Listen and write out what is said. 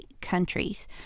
countries